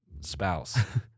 spouse